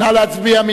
נא להצביע.